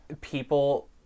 people